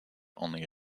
only